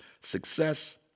success